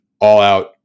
all-out